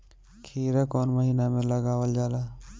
खीरा कौन महीना में लगावल जाला?